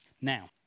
Now